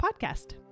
podcast